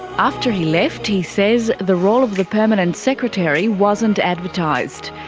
after he left, he says the role of the permanent secretary wasn't advertised,